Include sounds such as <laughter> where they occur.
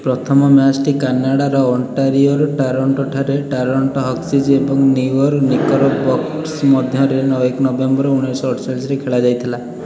ପ୍ରଥମ ମ୍ୟାଚ୍ଟି କାନାଡ଼ାର ଓଣ୍ଟାରିଓର ଟରୋଣ୍ଟୋଠାରେ ଟରୋଣ୍ଟୋ ହସ୍କିଜ୍ ଏବଂ ନ୍ୟୁୟର୍କ <unintelligible> ମଧ୍ୟରେ ଏକ ନଭେମ୍ବର ଉଣେଇଶି ଶହ ଅଡ଼ଚାଲିଶିରେ ଖେଳା ଯାଇଥିଲା